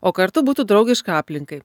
o kartu būtų draugiška aplinkai